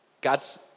God's